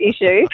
issue